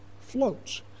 floats